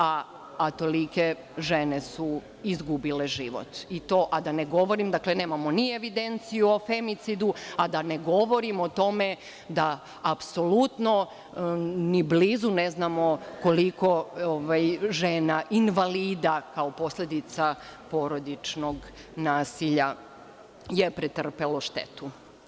A tolike žene su izgubile život, nemamo ni evidenciju o femicidu, a da ne govorim o tome da apsolutno ni blizu ne znamo koliko žena invalida, kao posledica porodičnog nasilja, je pretrpelo štetu.